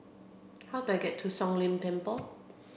how do I get to Siong Lim Temple